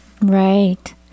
right